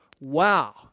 Wow